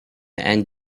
and